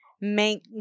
make